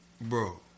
Bro